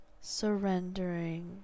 surrendering